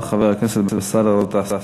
ואחריו, חבר הכנסת באסל גטאס.